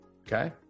okay